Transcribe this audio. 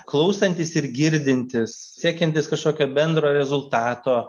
klausantys ir girdintys siekiantys kažkokio bendro rezultato